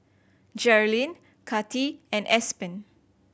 Jerilynn Kati and Aspen